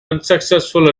unsuccessful